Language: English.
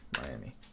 Miami